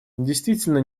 действительно